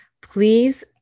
Please